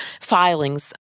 filings